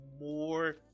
more